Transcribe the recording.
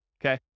okay